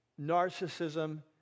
narcissism